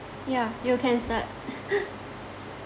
yeah you can start